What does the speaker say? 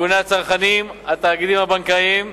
ארגוני הצרכנים, התאגידים הבנקאיים,